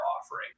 offering